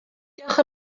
diolch